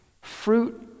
fruit